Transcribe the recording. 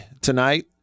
tonight